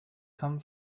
come